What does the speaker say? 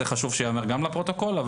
זה חשוב שייאמר גם לפרוטוקול.